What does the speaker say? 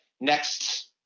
next